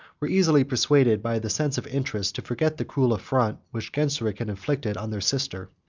were easily persuaded, by the sense of interest, to forget the cruel affront which genseric had inflicted on their sister.